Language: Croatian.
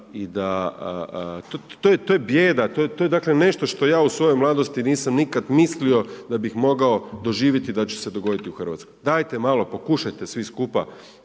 to je bijeda, to je dakle nešto što ja u svojoj mladosti nisam nikada mislio da bih mogao doživjeti da će se dogoditi u Hrvatskoj. Dajte malo pokušajte svi skupa